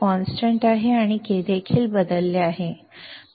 K तेथे आहे आम्ही K देखील बदलले आहे